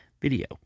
video